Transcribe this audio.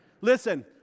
Listen